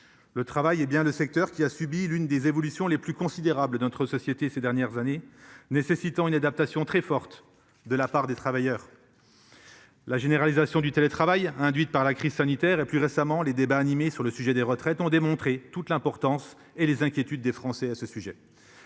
Le travail est bien le secteur qui a subi l'une des évolutions les plus considérables. Notre société ces dernières années, nécessitant une adaptation très forte de la part des travailleurs. La généralisation du télétravail induite par la crise sanitaire et plus récemment les débats animés sur le sujet des retraites ont démontré toute l'importance et les inquiétudes des Français à ce sujet.